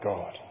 God